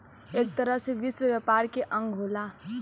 एक तरह से विश्व व्यापार के अंग होला